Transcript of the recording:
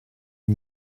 you